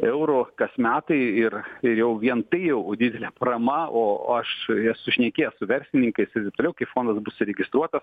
eurų kas metai ir jau vien tai jau didelė parama o aš esu šnekėjęs su verslininkais ir taip toliau kai fondas bus įregistruotas